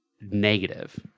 negative